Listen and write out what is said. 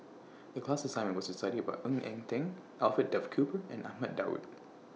The class assignment was to study about Ng Eng Teng Alfred Duff Cooper and Ahmad Daud